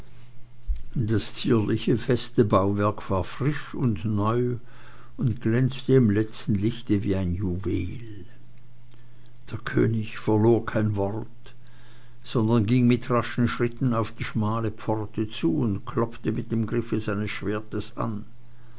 das zierliche feste bauwerk war frisch und neu und glänzte im letzten lichte wie ein juwel der könig verlor kein wort sondern ging mit raschen schritten auf die schmale pforte zu und klopfte mit dem griffe seines schwertes an